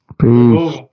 Peace